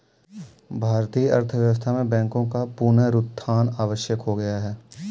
भारतीय अर्थव्यवस्था में बैंकों का पुनरुत्थान आवश्यक हो गया है